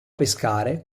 pescare